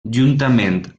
juntament